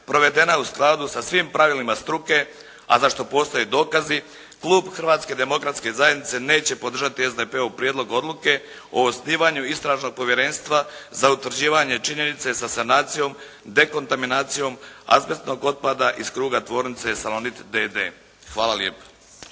provedena u skladu sa svim pravilima struke, a za što postoje dokazi, klub Hrvatske demokratske zajednice neće podržati SDP-ov prijedlog odluke o osnivanju Istražnog povjerenstva za utvrđivanje činjenice sa sanacijom, dekontaminacijom azbestnog otpada iz kruga tvornice Salonit d.d. Hvala lijepo.